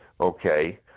okay